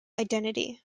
identity